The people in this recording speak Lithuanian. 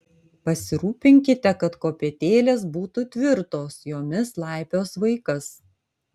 pasirūpinkite kad kopėtėlės būtų tvirtos jomis laipios vaikas